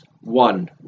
one